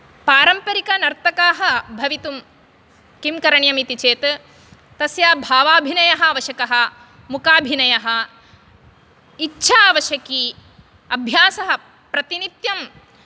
पारम्परिकनर्तकाः भवितुं किं करणियं इति चेत् तस्य भावाभिनयः आवश्यकः मुखाभिनयः इच्छा अवश्यकी अभ्यासः प्रतिनित्यं